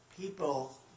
people